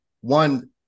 One